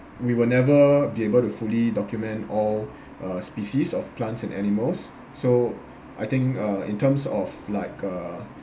we will never be able to fully document all uh species of plants and animals so I think uh in terms of like uh